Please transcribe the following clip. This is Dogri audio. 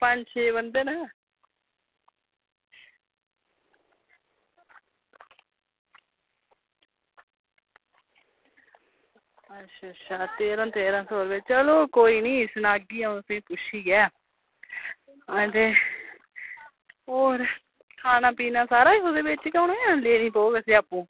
पंज छे बंदे न अच्छा तेरां तेरां सौ रपेआ चलो कोई निं सनागी अंटऊ तुसेंगी पुच्छियै ते ओह् खाना पीना ओह्दे च गै होग जां लैनी पौग आपूं